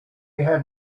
had